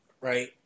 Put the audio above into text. right